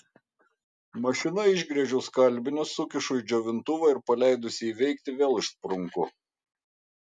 mašina išgręžiu skalbinius sukišu į džiovintuvą ir paleidusi jį veikti vėl išsprunku